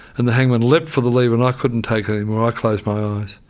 and the hangman leapt for the lever, and i couldn't take it anymore, i closed my eyes.